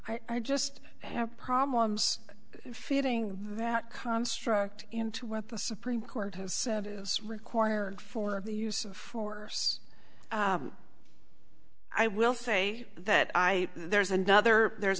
i just have problems fitting that construct into what the supreme court has said is required for the use of force i will say that i there's another there's